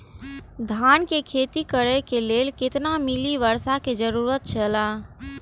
धान के खेती करे के लेल कितना मिली वर्षा के जरूरत छला?